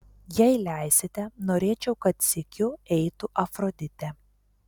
jei leisite norėčiau kad sykiu eitų afroditė